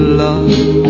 love